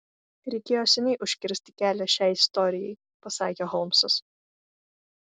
reikėjo seniai užkirsti kelią šiai istorijai pasakė holmsas